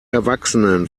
erwachsenen